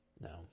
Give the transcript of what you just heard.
No